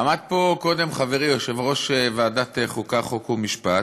עמד פה קודם חברי יושב-ראש ועדת החוקה, חוק ומשפט